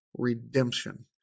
Redemption